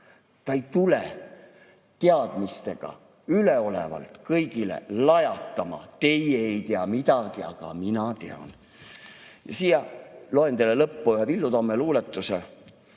Ta ei tule teadmistega üleolevalt kõigile lajatama: teie ei tea midagi, aga mina tean. Loen teile lõppu ühe Villu Tamme luuletuse,